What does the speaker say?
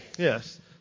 Yes